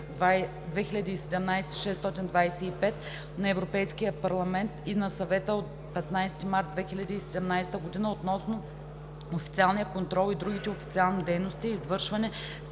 2017/625 на Европейския парламент и на Съвета от 15 март 2017 г. относно официалния контрол и другите официални дейности, извършвани с